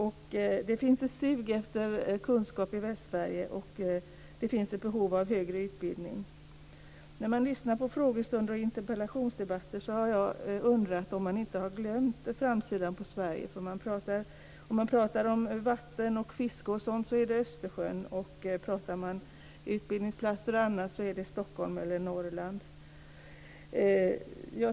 Det finns i Västsverige ett sug efter kunskap och ett behov av högre utbildning. När jag har lyssnat på frågestunder och interpellationsdebatter har jag undrat om man inte har glömt Sveriges framsida. När det pratas om vatten, fiske och sådant gäller det Östersjön, och när man talar om utbildningsplatser o.d. är det fråga om Stockholm eller Norrland.